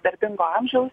darbingo amžiaus